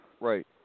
Right